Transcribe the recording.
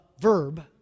verb